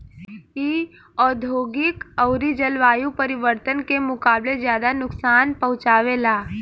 इ औधोगिक अउरी जलवायु परिवर्तन के मुकाबले ज्यादा नुकसान पहुँचावे ला